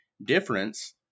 difference